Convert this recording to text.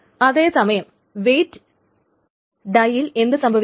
അതേ സമയം വെയിറ്റ് ഡൈയിൽ എന്തു സംഭവിക്കും